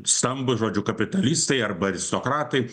stambūs žodžiu kapitalistai arba aristokratai